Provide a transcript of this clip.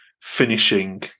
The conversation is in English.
finishing